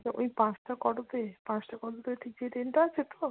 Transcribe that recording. তো ওই পাঁচটা কতোতে পাঁচটা কতোতে ঠিক যে ট্রেনটা আছে তো